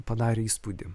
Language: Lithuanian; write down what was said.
padarė įspūdį